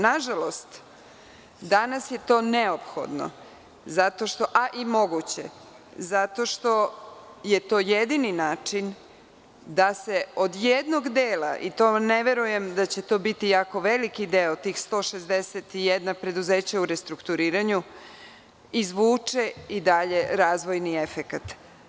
Nažalost, danas je to neophodno, a i moguće, zato što je to jedini način da se od jednog dela, i to ne verujem da će to biti jako veliki deo, tih 161 preduzeća u restrukturiranju, izvuče i dalje razvojni efekat.